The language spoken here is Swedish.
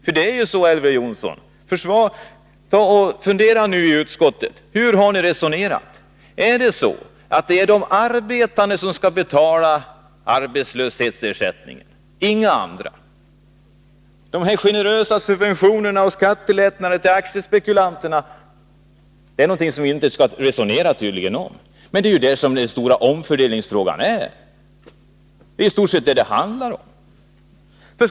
Jag föreslår att utskottet funderar över sitt resonemang. Är det så att det är de arbetande och inga andra som skall betala arbetslöshetsersättningen? De generösa subventionerna och skattelättnaderna när det gäller aktiespekulanterna är någonting som vi tydligen inte skall resonera om. Men det är ju det som den stora omfördelningsfrågan gäller. Det är i stort sett vad saken handlar om.